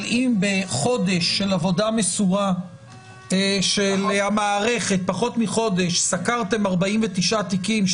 אבל אם בחודש של עבודה מסורה של המערכת סקרתם 49 תיקים,